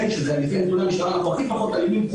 כי לפי נתוני המשטרה אנחנו הכי פחות אלימים,